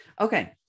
Okay